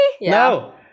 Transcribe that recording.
No